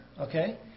okay